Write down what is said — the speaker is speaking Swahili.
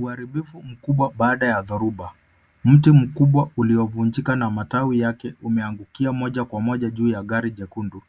Uharibifu mkubwa baada ya dhoruba. Mti mkubwa uliovunjika na matawi yake umeangukia moja kwa moja juu ya gari jekundu